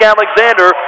Alexander